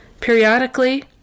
periodically